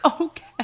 okay